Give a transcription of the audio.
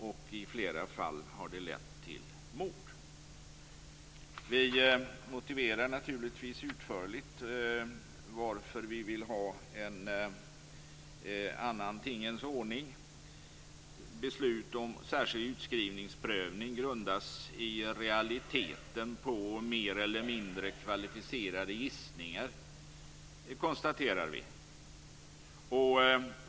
Och i flera fall har det lett till mord. Vi motiverar naturligtvis utförligt varför vi vill ha en annan tingens ordning. Vi konstaterar att beslut om särskild utskrivningsprövning i realiteten grundas på mer eller mindre kvalificerade gissningar.